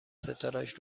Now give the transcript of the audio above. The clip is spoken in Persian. ستارههاش